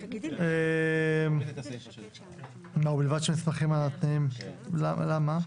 1. למה?